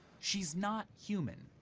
she's not human.